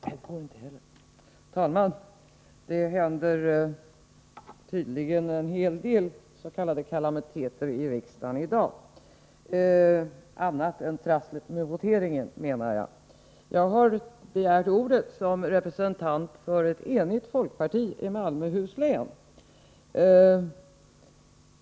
Herr talman! Det händer tydligen en hel del kalamiteter i riksdagen i dag—- även annat än trasslet med voteringsapparaten Jag har begärt ordet som representant för ett enigt folkparti i Malmöhus län.